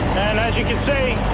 and as you can see,